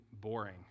boring